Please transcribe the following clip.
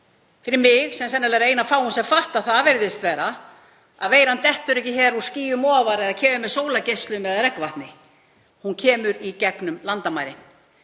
fyrir mig sem sennilega er ein af fáum sem fatta það, virðist vera, að veiran dettur ekki úr skýjum ofan eða kemur með sólargeislum eða regnvatni. Hún kemur í gegnum landamærin.